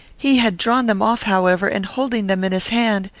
he had drawn them off, however, and, holding them in his hand,